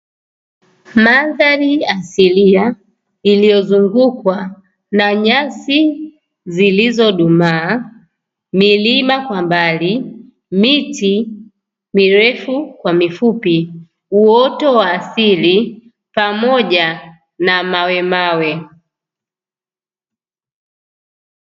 Mandhari asilia iliyozungukwa na nyasi zilizodumaa, milima kwa mbali, miti mirefu kwa mifupi, uoto wa asili pamoja na mawe mawe.